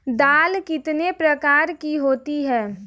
दाल कितने प्रकार की होती है?